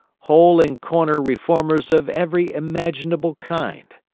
hole-and-corner reformers of every imaginable kind.